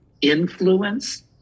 influence